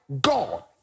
God